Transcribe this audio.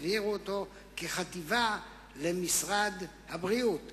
העבירו אותו כחטיבה למשרד הבריאות,